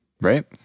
right